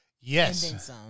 Yes